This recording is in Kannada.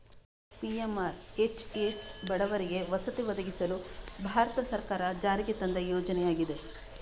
ಪಿ.ಎಂ.ಆರ್.ಹೆಚ್.ಎಸ್ ಬಡವರಿಗೆ ವಸತಿ ಒದಗಿಸಲು ಭಾರತ ಸರ್ಕಾರ ಜಾರಿಗೆ ತಂದ ಯೋಜನೆಯಾಗಿದೆ